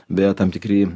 beje tam tikri